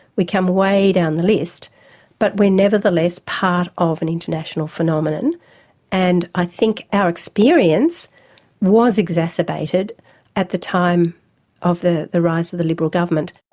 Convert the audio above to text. we come way down the list but we're nevertheless part of an international phenomenon and i think our experience was exacerbated at the time of the the rise of the liberal government.